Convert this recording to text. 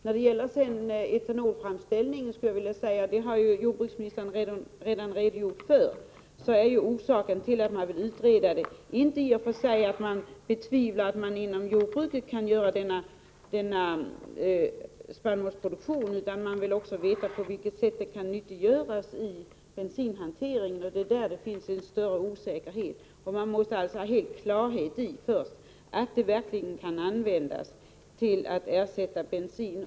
När det gäller etanolframställningen skulle jag bara vilja säga att jordbruksministern redan har redogjort för denna. Orsaken till att man vill utreda frågan är i och för sig inte att man betvivlar att det går att åstadkomma en spannmålsproduktion inom jordbruket utan orsaken är att man vill veta på vilket sätt denna produktion kan nyttiggöras i fråga om bensinhanteringen. I det avseendet finns det en stor osäkerhet. Man måste alltså först vara helt klar över att ämnet verkligen kan ersätta bensin.